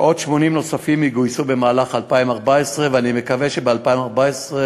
ועוד 80 נוספים יגויסו במהלך 2014. ואני מקווה שב-2014,